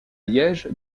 liège